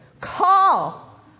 Call